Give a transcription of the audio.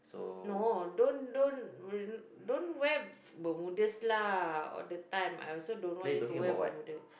no don't don't don't wear bermudas lah all the time I also don't know why you wear bermuda